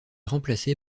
remplacé